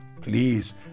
Please